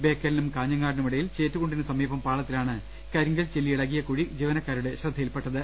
ബേക്കലിനും കാഞ്ഞങ്ങാടിനുമിടയിൽ ചേറ്റു കുണ്ടിന് സമീപം പാളത്തിലാണ് കരിങ്കൽ ചില്ലി ഇളകിയ കുഴി ജീവനക്കാരുടെ ശ്രദ്ധയിൽപെട്ടത്